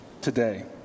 today